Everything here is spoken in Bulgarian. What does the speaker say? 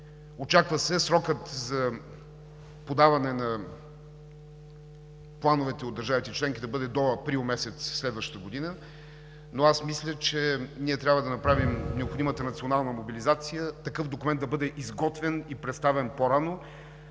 Очаква се срокът за подаване на плановете от държавите членки да бъде до месец април следващата година, но аз мисля, че ние трябва да направим необходимата национална мобилизация такъв документ да бъде изготвен и представен по-рано,